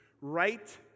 right